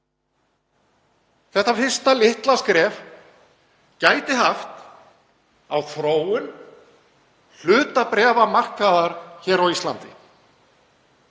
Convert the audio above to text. þetta fyrsta litla skref gæti haft á þróun hlutabréfamarkaðar hér á Íslandi.